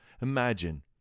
imagine